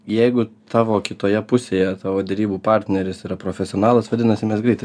jeigu tavo kitoje pusėje tavo derybų partneris yra profesionalas vadinasi mes greitai